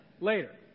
Later